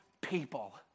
people